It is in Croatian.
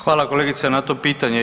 Hvala kolegice na tom pitanju.